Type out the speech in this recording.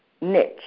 niche